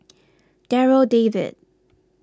Darryl David